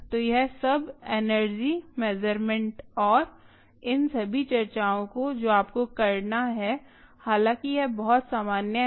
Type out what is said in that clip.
तो यह सब एनर्जी मेज़रमेंट है और इन सभी चर्चाओं को जो आपको करना है हालांकि यह बहुत सामान्य है